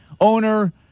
owner